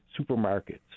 supermarkets